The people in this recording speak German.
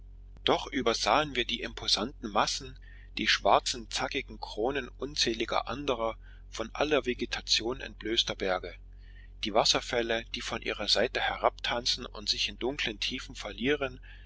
doch übersahen wir die imposanten massen die schwarzen zackigen kronen unzähliger anderer von aller vegetation entblößter berge die wasserfälle die von ihrer seite herabtanzen und sich in dunklen tiefen verlieren